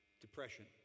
Depression